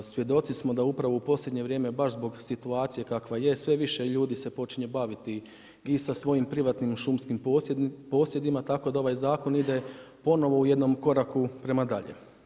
Svjedoci smo da upravo u posljednje vrijeme baš zbog situacije kakva je, sve više ljudi se počinje baviti i sa svojim privatnim šumskim posjedima tako da ovaj zakon ide ponovno u jednom koraku prema dalje.